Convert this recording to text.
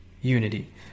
unity